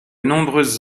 nombreuses